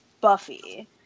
Buffy